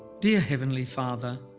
dear heavenly father,